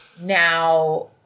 now